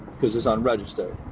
because it's unregistered.